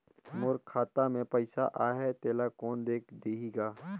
मोर खाता मे पइसा आहाय तेला कोन देख देही गा?